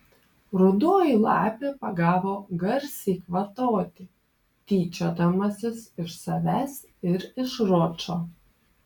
rudoji lapė pagavo garsiai kvatoti tyčiodamasis iš savęs ir iš ročo